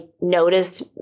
noticed